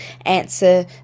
answer